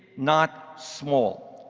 not small.